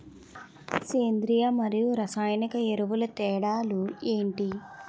సేంద్రీయ మరియు రసాయన ఎరువుల తేడా లు ఏంటి?